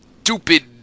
stupid